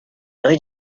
rue